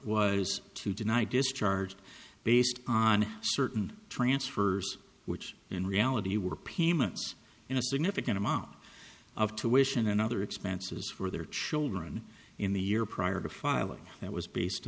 was to deny discharge based on certain transfers which in reality were payments in a significant amount of tuition and other expenses for their children in the year prior to filing that was based